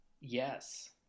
yes